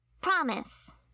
Promise